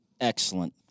excellent